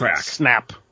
snap